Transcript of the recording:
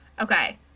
Okay